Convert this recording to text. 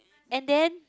and then